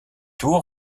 tour